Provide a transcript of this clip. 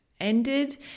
ended